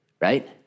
right